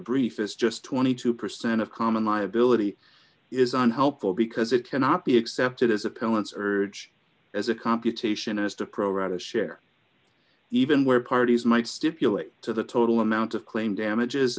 brief is just twenty two percent of common liability is unhelpful because it cannot be accepted as appellant urge as a computation as the pro rata share even where parties might stipulate to the total amount of claim damages